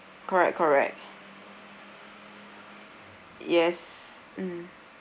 correct correct yes mm